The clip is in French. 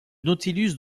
nautilus